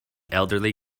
elderly